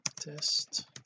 test